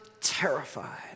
terrified